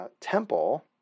temple